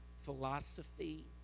philosophy